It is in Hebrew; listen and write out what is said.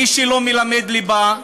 מי שלא מלמד ליבה,